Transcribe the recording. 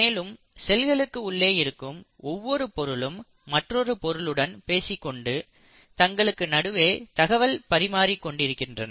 மேலும் செல்களுக்கு உள்ளே இருக்கும் ஒவ்வொரு பொருளும் மற்ற பொருளுடன் பேசிக்கொண்டு தங்களுக்கு நடுவே தகவல் பரிமாறிக் கொண்டிருக்கின்றன